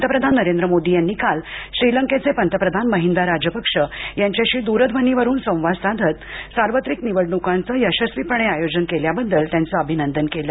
पंतप्रधान नरेंद्र मोदी यांनी काल श्रीलंकेचे पंतप्रधान महिंदा राजपक्ष यांच्याशी द्रध्वनीवरून संवाद साधत सार्वत्रिक निवडणुकांचं यशस्वीपणे आयोजन केल्याबद्दल त्यांचं अभिनंदन केल